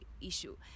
issue